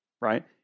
right